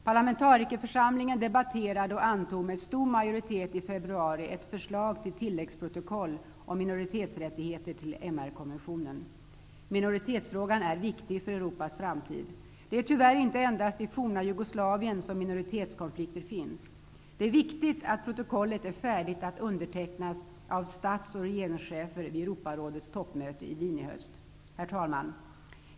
Parlamentarikerförsamlingen debatterade och antog med stor majoritet i februari ett förslag till tilläggsprotokoll om minoritetsrättigheter till MR-konventionen. Minoritetsfrågan är viktig för Europas framtid. Det är tyvärr inte endast i det forna Jugoslavien som minoritetskonflikter finns. Det är viktigt att protokollet är färdigt att undertecknas av stats och regeringschefer vid Europarådets toppmöte i Wien i höst. Herr talman!